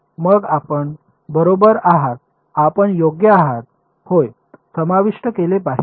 मग आपण बरोबर आहात आपण योग्य आहात होय समाविष्ट केले पाहिजे